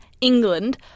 England